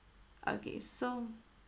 okay so